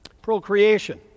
Procreation